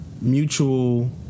mutual